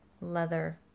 leather